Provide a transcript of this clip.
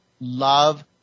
love